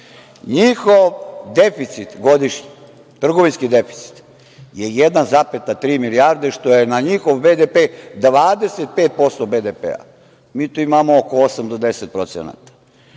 Njihov deficit godišnji, trgovinski deficit je 1,3 milijarde, što je na njihov BDP 25% BDP. Mi tu imamo oko 8-10%.